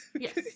Yes